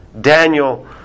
Daniel